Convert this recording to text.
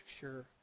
Sure